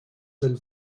del